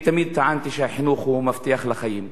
אני תמיד טענתי שהחינוך הוא מפתח לחיים.